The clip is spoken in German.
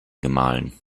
gemahlen